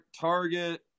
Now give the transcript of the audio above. Target